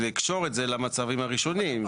לקשור את זה למצבים הראשונים זה רעיון טוב.